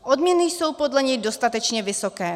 Odměny jsou podle něj dostatečně vysoké.